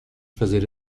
fazer